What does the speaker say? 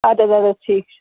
اَدٕ حظ اَدٕ ٹھیٖک چھُ